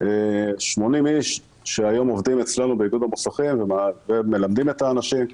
80 איש שהיום עובדים אצלנו באיגוד המוסכים ומלמדים את האנשים,